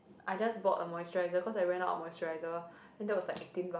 I just bought a moisturizer because I went out of moisturizer and that was like eighteen bucks